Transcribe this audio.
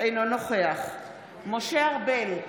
אינו נוכח משה ארבל,